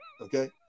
okay